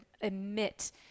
emit